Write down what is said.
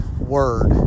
word